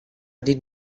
did